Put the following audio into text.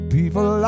people